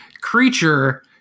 creature